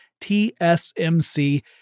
TSMC